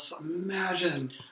imagine